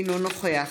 אינו נוכח